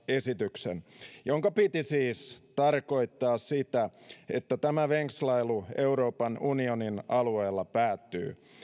esityksen jonka piti siis tarkoittaa sitä että tämä venkslailu euroopan unionin alueella päättyy